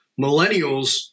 Millennials